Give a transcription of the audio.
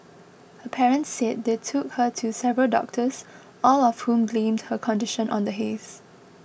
her parents said they took her to several doctors all of whom blamed her condition on the haze